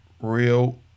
Real